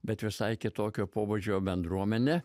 bet visai kitokio pobūdžio bendruomenė